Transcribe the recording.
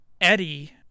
Eddie